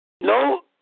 No